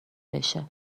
بشه